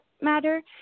matter